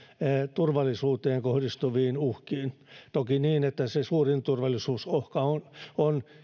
turvallisuuteen kohdistuviin uhkiin toki niin että se suurin turvallisuusuhka on